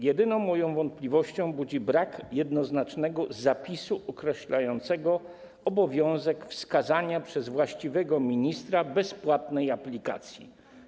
Jedyną moją wątpliwość budzi brak jednoznacznego zapisu określającego obowiązek wskazania przez właściwego ministra bezpłatnej aplikacji.